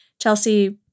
Chelsea